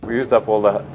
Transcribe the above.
we used up all the,